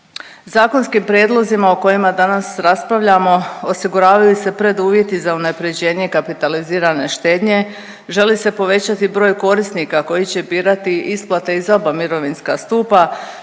Zakonskim prijedlozima o kojima danas raspravljamo, osiguravaju se preduvjeti za unapređenje kapitalizirane štednje, želi se povećati broj korisnika koji će birati isplate iz oba mirovinska stupa